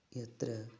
यत्र